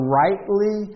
rightly